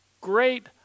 great